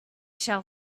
shall